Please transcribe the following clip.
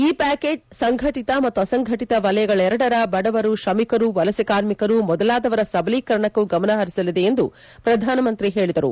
ಈ ಪ್ಚಾಕೇಜ್ ಸಂಘಟಿತ ಮತ್ತು ಅಸಂಘಟಿತ ವಲಯಗಳೆರಡರ ಬಡವರು ಶ್ರಮಿಕರು ವಲಸೆ ಕಾರ್ಮಿಕರು ಮೊದಲಾದವರ ಸಬಲೀಕರಣಕ್ಕೂ ಗಮನ ಪರಿಸಲಿದೆ ಎಂದು ಪ್ರಧಾನಮಂತ್ರಿ ಹೇಳಿದರು